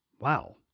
Wow